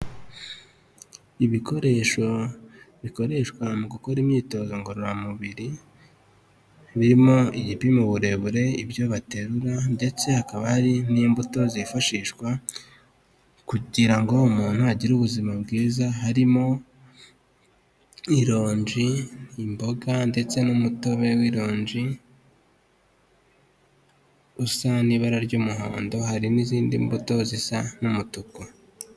Ibikoresho bikoreshwa mu gukora imyitozo ngororamubiri birimo igipima uburebure, ibyo baterura ndetse hakaba hari n'imbuto zifashishwa kugira ngo umuntu agire ubuzima bwiza harimo ironji, imboga ndetse n'umutobe w'ironji usa n'ibara ry'umuhondo hari n'izindi mbuto zisa n'umutuku.